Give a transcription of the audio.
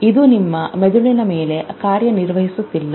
ಇದು ನಿಮ್ಮ ಮೆದುಳಿನ ಮೇಲೆ ಕಾರ್ಯನಿರ್ವಹಿಸುತ್ತಿಲ್ಲ